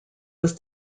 was